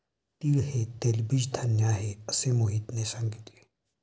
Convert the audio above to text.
तीळ हे तेलबीज धान्य आहे, असे मोहितने सांगितले